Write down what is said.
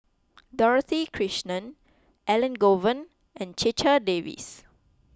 Dorothy Krishnan Elangovan and Checha Davies